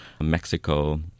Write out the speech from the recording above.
Mexico